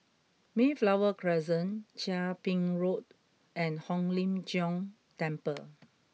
Mayflower Crescent Chia Ping Road and Hong Lim Jiong Temple